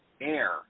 air